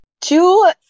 two